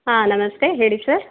ಹಾಂ ನಮಸ್ತೆ ಹೇಳಿ ಸರ್